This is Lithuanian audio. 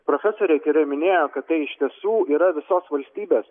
profesorė gerai minėjo kad tai iš tiesų yra visos valstybės